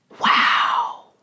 Wow